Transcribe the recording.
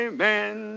Amen